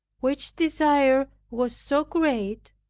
which desire was so great,